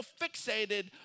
fixated